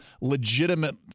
legitimate